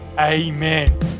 amen